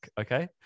Okay